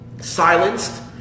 silenced